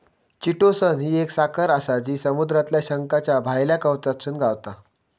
chitosan ही एक साखर आसा जी समुद्रातल्या शंखाच्या भायल्या कवचातसून गावता